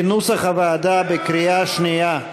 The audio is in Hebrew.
כנוסח הוועדה, בקריאה שנייה.